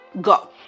Go